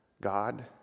God